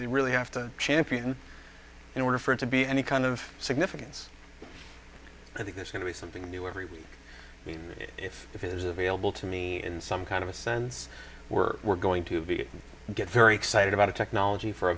they really have to champion in order for it to be any kind of significance i think there's going to be something new every week if it is available to me in some kind of a sense we're we're going to be get very excited about a technology for a